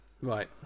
Right